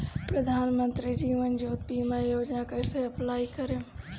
प्रधानमंत्री जीवन ज्योति बीमा योजना कैसे अप्लाई करेम?